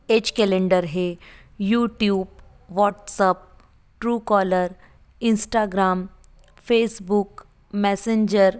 as calendar है YouTube WhatsApp Truecaller Instagram Facebook messenger